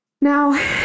Now